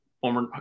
former